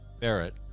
Barrett